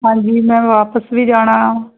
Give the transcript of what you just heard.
ਹਾਂਜੀ ਮੈਂ ਵਾਪਿਸ ਵੀ ਜਾਣਾ